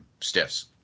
stiffs